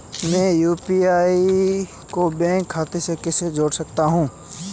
मैं यू.पी.आई को बैंक खाते से कैसे जोड़ सकता हूँ?